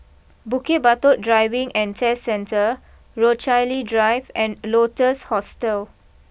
Bukit Batok Driving and Test Centre Rochalie Drive and Lotus Hostel